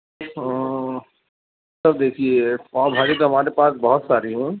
سر دیکھیے پاؤ بھاجی تو ہمارے پاس بہت ساری ہیں